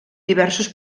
diversos